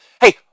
Hey